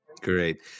Great